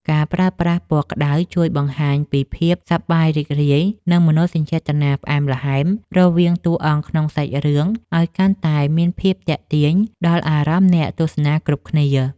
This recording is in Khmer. ការប្រើប្រាស់ពណ៌ក្ដៅជួយបង្ហាញពីភាពសប្បាយរីករាយ និង មនោសញ្ចេតនាផ្អែមល្ហែមរវាងតួអង្គក្នុងសាច់រឿងឱ្យកាន់តែមានភាពទាក់ទាញដល់អារម្មណ៍អ្នកទស្សនាគ្រប់គ្នា។